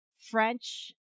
french